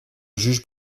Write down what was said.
juge